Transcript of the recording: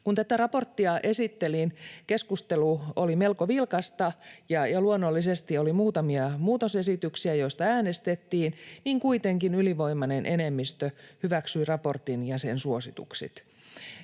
Kun tätä raporttia esittelin, keskustelu oli melko vilkasta, ja luonnollisesti oli muutamia muutosesityksiä, joista äänestettiin, mutta kuitenkin ylivoimainen enemmistö hyväksyi raportin ja sen suositukset,